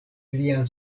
plian